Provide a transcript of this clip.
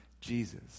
Jesus